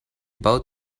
boot